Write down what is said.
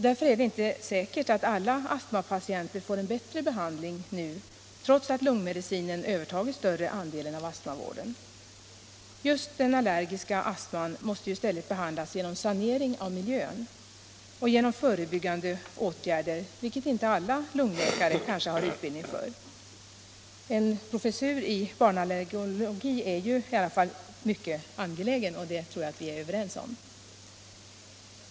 Därför är det inte säkert att alla astmapatienter får en bättre behandling nu, trots att lungmedicinen övertagit större andelen av astmavården. Just den allergiska astman måste ju i stället behandlas genom sanering av miljön och genom förebyggande åtgärder, vilket inte alla lungläkare har utbildning för. En professur i barnallergologi är därför bl.a. mycket angelägen, och det tror jag också att vi är överens om.